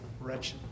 wretched